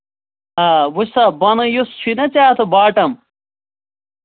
آ وٕچھ سا بۄنہٕ یُس چھُے نہٕ اَتھ باٹَم